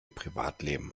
privatleben